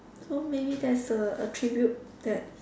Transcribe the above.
so maybe that's a attribute that